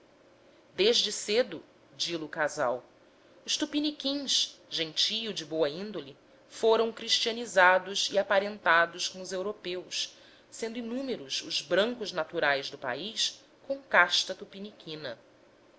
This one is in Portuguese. desde cedo dilo casal os tupiniquins gentio de boa índole foram cristianizados e aparentados com os europeus sendo inúmeros os brancos naturais do país com casta tupiniquina